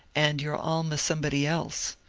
and your alma somebody else.